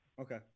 okay